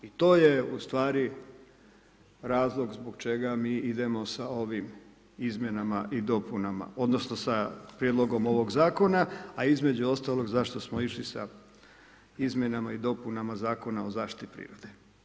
I to je u stvari razlog zbog čega mi idemo sa ovim izmjenama i dopunama, odnosno sa prijedlogom ovoga zakona a između ostalog zašto smo išli sa izmjenama i dopunama Zakona o zaštiti prirode.